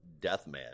Deathman